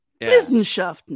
Wissenschaften